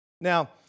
Now